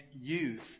youth